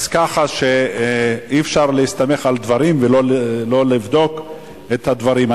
כך שאי-אפשר להסתמך על דברים ולא לבדוק את הדברים.